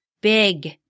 big